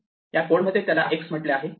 या कोड मध्ये त्याला x म्हटले आहे